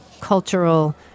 cultural